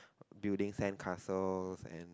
building sand castles and